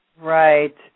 Right